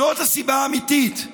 זאת הסיבה האמיתית,